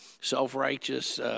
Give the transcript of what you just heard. self-righteous